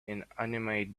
inanimate